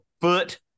foot